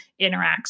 interacts